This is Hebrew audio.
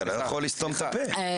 אתה לא יכול לסתום את הפה.